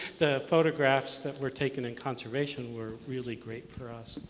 the photographs that were taken in conservation were really great for us.